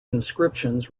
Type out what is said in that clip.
inscriptions